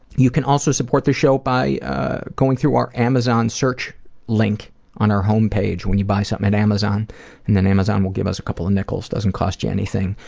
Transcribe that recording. you can also support the show by going through our amazon search link on our home page, when you buy something at amazon and then amazon will give us a couple of nickels. it doesn't cost you anything.